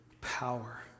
power